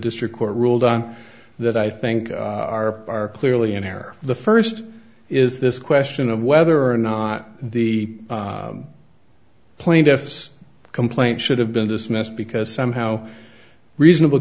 district court ruled on that i think are clearly in error the first is this question of whether or not the plaintiff's complaint should have been dismissed because somehow reasonable